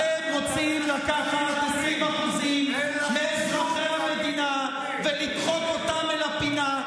אתם רוצים לקחת 20% מאזרחי המדינה ולדחוק אותם אל הפינה.